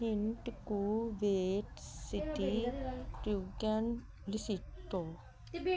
hint covet city you can ਡਸੀਤੋ